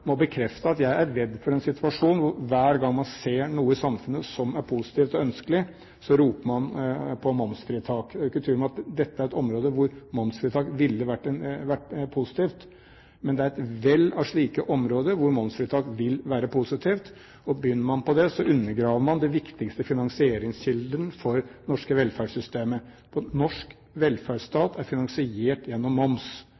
bekrefte at jeg er redd for en situasjon hvor man hver gang man ser noe i samfunnet som er positivt og ønskelig, roper på momsfritak. Det er ikke tvil om at dette er et område hvor momsfritak ville vært positivt, men det er et vell av slike områder hvor momsfritak vil vært positivt. Begynner man på det, undergraver man den viktigste finansieringskilden for det norske velferdssystemet. Norsk